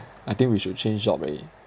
I think we should change job already